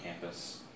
campus